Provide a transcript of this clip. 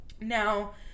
Now